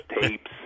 tapes